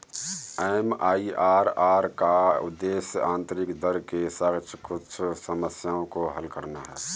MIRR का उद्देश्य आंतरिक दर के साथ कुछ समस्याओं को हल करना है